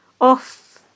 off